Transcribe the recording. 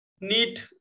need